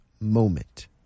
moment